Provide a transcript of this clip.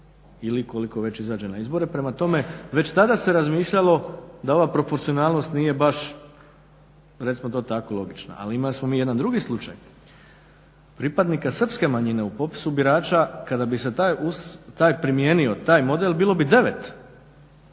ili koliko već izađe na izbore. Prema tome, već tada se razmišljalo da ova proporcionalnost nije baš recimo to tako logična. Ali imali smo mi jedan drugi slučaj, pripadnika srpske manjine u popisu birača kada bi se taj model primijenio bilo bi 9